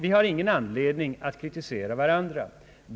Vi har ingen anledning att kritisera varandra.